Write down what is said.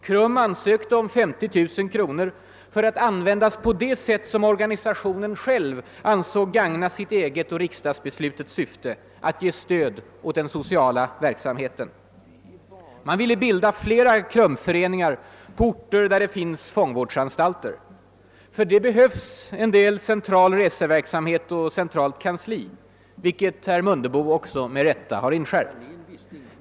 KRUM ansökte om 50 000 kronor för att användas på det sätt som organisationen själv ansåg gagna sitt eget och riksdagsbeslutets syfte: att ge stöd åt den sociala verksamheten. Man ville bilda flera KRUM-föreningar på orter där det finns fångvårdsanstalter. För det behövs något av central reseoch kansliverksamhet, vilket herr Mundebo också med rätta inskärpte.